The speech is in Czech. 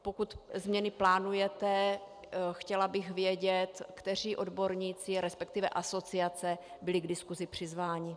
Pokud změny plánujete, chtěla bych vědět, kteří odborníci, resp. asociace, byli k diskusi přizváni.